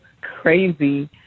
crazy